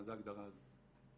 מה זה ההגדרה הזו,